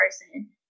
person